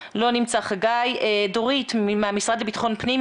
דורית מהמשרד לביטחון פנים,